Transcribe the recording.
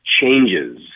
changes